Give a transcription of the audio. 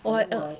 我 err